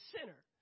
sinner